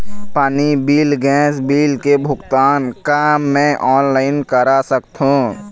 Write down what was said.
पानी bill gas bill के भुगतान का मैं ऑनलाइन करा सकथों?